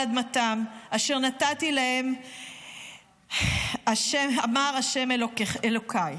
אדמתם אשר נתתי להם אמר ה' אֱלֹהֶיךָ".